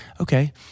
okay